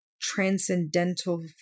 transcendental